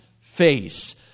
face